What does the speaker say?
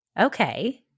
okay